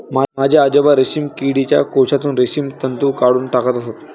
माझे आजोबा रेशीम किडीच्या कोशातून रेशीम तंतू काढून टाकत असत